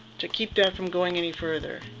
to keep that from going any further.